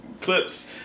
clips